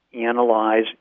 analyze